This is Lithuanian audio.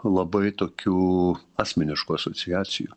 labai tokių asmeniškų asociacijų